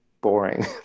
boring